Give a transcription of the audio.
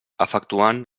efectuant